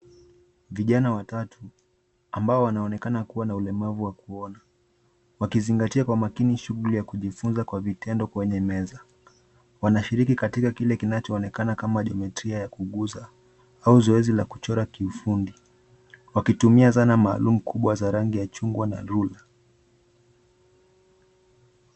Vijana watatu ambao wanaonekana kuwa na ulemavu wa kuona wakizingatia kwa makini shughuli ya kujifunza kwa vitendo kwenye meza. Wanashiriki katika kile kinachoonekana kama jiometria ya kugusa au zoezi la kuchora kiufundi wakitumia zana maalum kubwa za rangi ya chungwa na rula.